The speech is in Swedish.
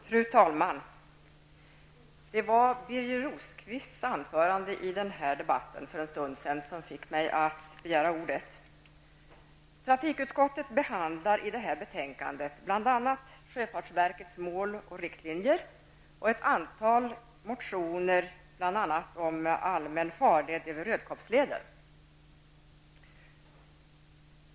Fru talman! Det var Birger Rosqvists anförande för en stund sedan som fick mig att begära ordet i debatten. Trafikutskottet behandlar i detta betänkande bl.a. Rödkobbsleden.